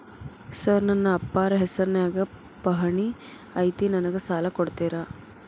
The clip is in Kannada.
ಸರ್ ನನ್ನ ಅಪ್ಪಾರ ಹೆಸರಿನ್ಯಾಗ್ ಪಹಣಿ ಐತಿ ನನಗ ಸಾಲ ಕೊಡ್ತೇರಾ?